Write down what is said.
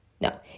No